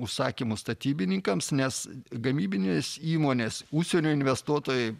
užsakymų statybininkams nes gamybinės įmonės užsienio investuotojai